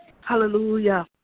Hallelujah